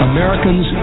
Americans